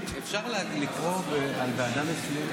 יושב-ראש ועדת הכנסת,